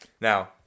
now